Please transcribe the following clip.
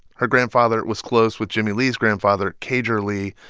her grandfather was close with jimmie lee's grandfather, cager lee,